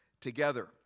together